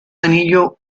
anillo